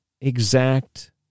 exact